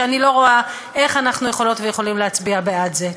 שאני לא רואה איך אנחנו יכולות ויכולים להצביע בעד זה.